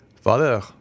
Father